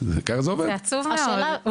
זה עצוב מאוד.